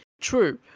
true